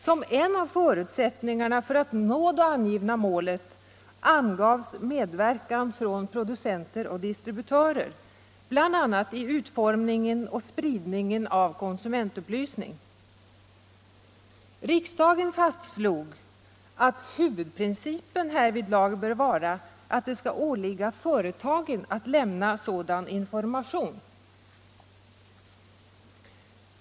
Som en av förutsättningarna för att nå det angivna målet angavs medverkan från producenter och distributörer, bl.a. i utformningen och spridningen av konsumentupplysning. Riksdagen fastslog att huvudprincipen härvidlag bör vara att det skall åligga företagen att lämna sådan information.